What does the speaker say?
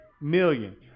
million